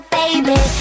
baby